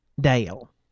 Dale